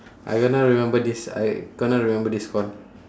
I gonna remember this I gonna remember this con~